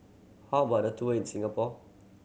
how about the tour in Singapore